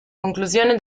conclusione